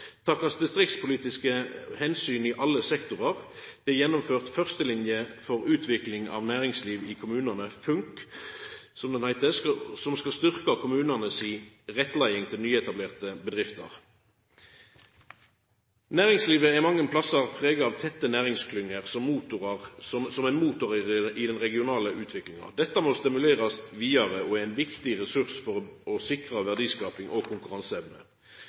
distriktspolitiske omsyn i alle sektorar. Det er gjennomført Førsteline for utvikling av næringsliv i kommunane – FUNK, som det heiter – som skal styrkja kommunane si rettleiing til nyetablerte bedrifter. Næringslivet er mange stader prega av tette næringsklyngjer som motorar i den regionale utviklinga. Dette må stimulerast vidare og er ein viktig ressurs for å sikra verdiskaping og konkurranseevne.